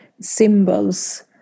symbols